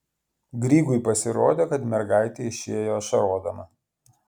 grygui pasirodė kad mergaitė išėjo ašarodama